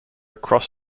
cross